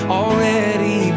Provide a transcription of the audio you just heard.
already